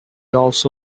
also